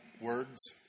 words